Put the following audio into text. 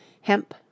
hemp